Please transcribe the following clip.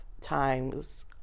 times